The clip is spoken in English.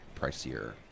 pricier